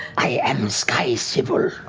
i am skysybil.